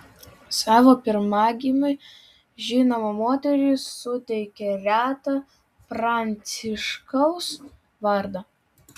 savo pirmagimiui žinoma moteris suteikė retą pranciškaus vardą